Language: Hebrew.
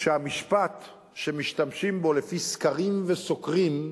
שהמשפט שמשתמשים בו לפי סקרים וסוקרים,